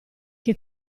che